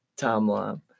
timeline